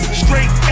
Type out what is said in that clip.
straight